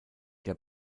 der